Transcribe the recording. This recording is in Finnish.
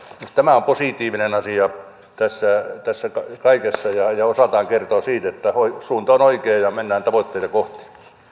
minusta tämä on positiivinen asia tässä tässä kaikessa ja ja osaltaan kertoo siitä että suunta on oikea ja mennään tavoitteita kohti